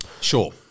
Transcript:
Sure